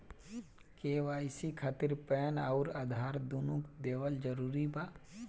KYC खातिर PAN आउर आधार दुनों देवल जरूरी बा?